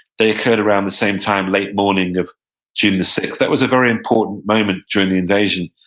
they occurred around the same time, late morning of june the sixth. that was a very important moment during the invasion,